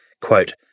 quote